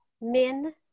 Min